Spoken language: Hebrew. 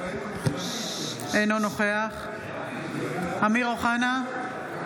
אינו נוכח אמיר אוחנה,